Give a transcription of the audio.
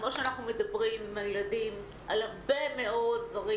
כפי שאנחנו מדברים עם הילדים על הרבה מאוד דברים